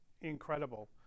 incredible